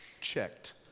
checked